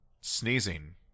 sneezing